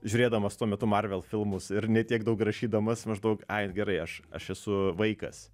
žiūrėdamas tuo metu marvel filmus ir ne tiek daug rašydamas maždaug ai gerai aš aš esu vaikas